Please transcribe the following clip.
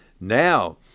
Now